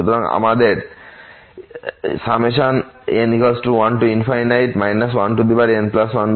সুতরাং আমাদের n 1 1n1n2 এবং মান 212